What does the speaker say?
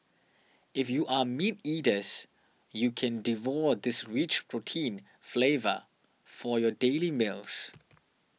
if you are meat eaters you can devour this rich protein flavor for your daily meals